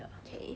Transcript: okay